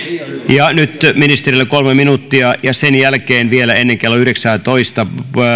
ja nyt ministerille kolme minuuttia ja sen jälkeen vielä ennen kello yhdeksäätoista